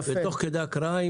ותוך כדי הקראה,